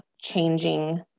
changing